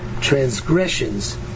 transgressions